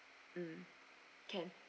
mm can